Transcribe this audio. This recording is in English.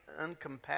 uncompassionate